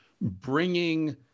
bringing